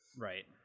right